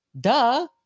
Duh